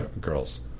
girls